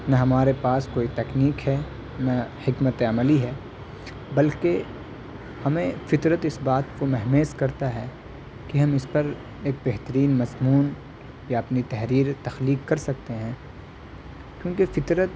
نہ ہمارے پاس کوئی تکنیک ہے نہ حکمت عملی ہے بلکہ ہمیں فطرت اس بات کو مہمیز کرتا ہے کہ ہم اس پر ایک بہترین مضمون یا اپنی تحریر تخلیق کر سکتے ہیں کیونکہ فطرت